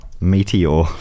Meteor